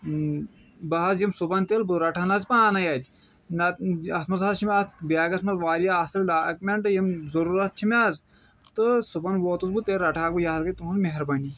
بہٕ حظ یِمہٕ صُبحن تیٚلہِ بہٕ رَٹہٕ ہا نہٕ حظ پانَے اَتہِ نَتہٕ اَتھ منٛز حظ چھِ مےٚ اَتھ بیگَس منٛز واریاہ اَصٕل ڈاکمیٚنٛٹ یِم ضرورَت چھِ مےٚ حظ تہٕ صُبحن ووتُس بہٕ تیٚلہِ رَٹہٕ ہا بہٕ یہِ حظ گٔے تُہُنٛد مہربٲنی